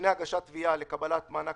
שמיום י"ט באייר התשפ"א (1 במאי 2021)